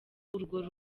urwo